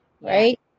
Right